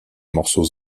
morceaux